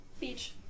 Beach